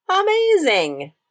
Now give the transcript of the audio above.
Amazing